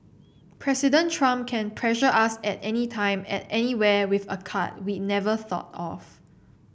President Trump can pressure us at anytime at anywhere with a card we never thought of